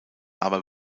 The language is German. aber